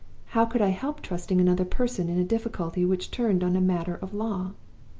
how could i help trusting another person in a difficulty which turned on a matter of law?